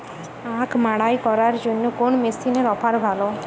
আখ মাড়াই করার জন্য কোন মেশিনের অফার ভালো?